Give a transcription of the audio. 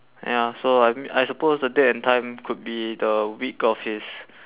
ya so I m~ suppose the date and time could be the week of his